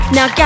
Now